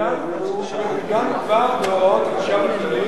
מעוגן כבר בהוראות החשב הכללי.